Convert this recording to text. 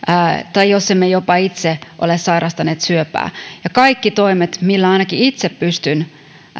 syöpää jos emme jopa itse ole sairastaneet syöpää ja kaikki ne toimet millä ainakin itse pystyn